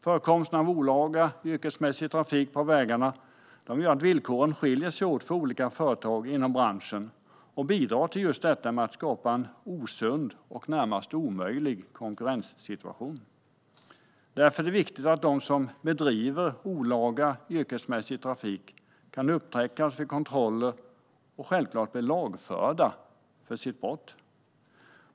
Förekomsten av olaga yrkesmässig trafik på vägarna gör att villkoren skiljer sig åt för olika företag inom branschen och bidrar just till att skapa en osund och närmast omöjlig konkurrenssituation. Därför är det viktigt att de som bedriver olaga yrkesmässig trafik kan upptäckas vid kontroller och självklart bli lagförda för sina brott.